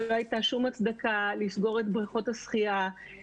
לא הייתה שום הצדקה לסגור את בריכות השחייה,